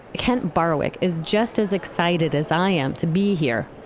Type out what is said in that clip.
kent barwick is just as excited as i am to be here.